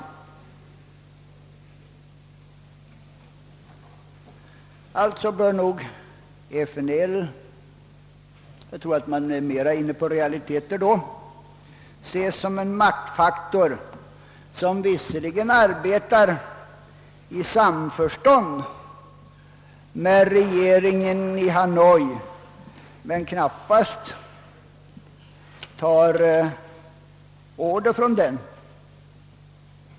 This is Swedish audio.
Jag tror att man mera är inne på realiteter, om man ser FNL som en maktfaktor, som visserligen arbetar i samförstånd med regeringen i Hanoi men knappast tar order från denna.